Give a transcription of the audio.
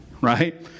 Right